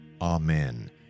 Amen